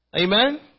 Amen